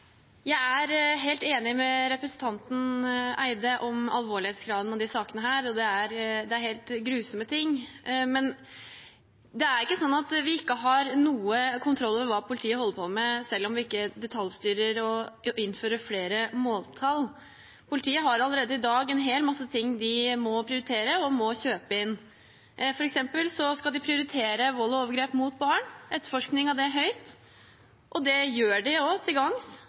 Jeg er helt enig med representanten Eide om alvorlighetsgraden i disse sakene, og det er helt grusomme ting. Det er ikke sånn at vi ikke har noen kontroll over hva politiet holder på med selv om vi ikke detaljstyrer og innfører flere måltall. Politiet har allerede i dag en hel masse ting de må prioritere og må kjøpe inn. For eksempel skal de prioritere vold og overgrep mot barn og etterforskningen av det høyt. Det gjør de også til